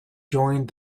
joined